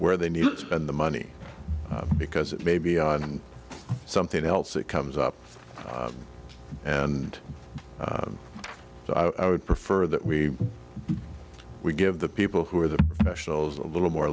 where they need to spend the money because maybe on something else that comes up and so i would prefer that we give the people who are the nationals a little more